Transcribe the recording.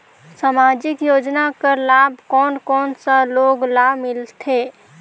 समाजिक योजना कर लाभ कोन कोन सा लोग ला मिलथे?